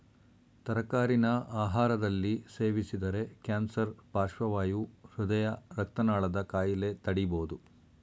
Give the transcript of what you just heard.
ತರಕಾರಿನ ಆಹಾರದಲ್ಲಿ ಸೇವಿಸಿದರೆ ಕ್ಯಾನ್ಸರ್ ಪಾರ್ಶ್ವವಾಯು ಹೃದಯ ರಕ್ತನಾಳದ ಕಾಯಿಲೆ ತಡಿಬೋದು